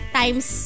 times